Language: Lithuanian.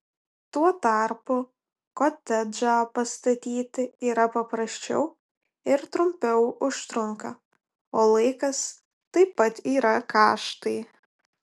tuo tarpu kotedžą pastatyti yra paprasčiau ir trumpiau užtrunka o laikas taip pat yra kaštai